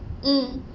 mm